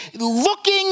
looking